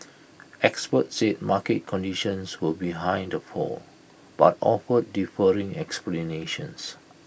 experts said market conditions were behind the fall but offered differing explanations